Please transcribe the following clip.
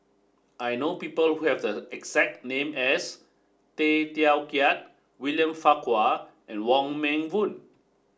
I know people who have the exact name as Tay Teow Kiat William Farquhar and Wong Meng Voon